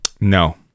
No